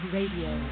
Radio